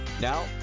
now